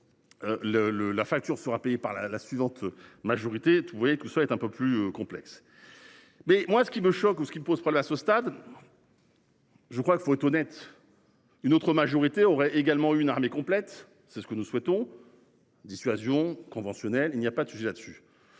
la facture sera payé par la la suivante majorité tout, vous voyez que ça va être un peu plus complexe. Mais moi ce qui me choque ce qui ne pose pas la sauce stade. Je crois qu'il faut être honnête. Une autre majorité aurait également une armée complète. C'est ce que nous souhaitons. Dissuasion conventionnelle, il n'y a pas de souci là-dessus.